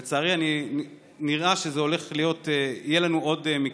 לצערי, נראה שזה הולך להיות, יהיו לנו עוד מקרים,